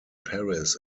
paris